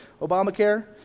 Obamacare